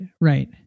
right